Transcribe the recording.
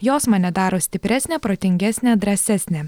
jos mane daro stipresnę protingesnę drąsesnę